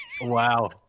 Wow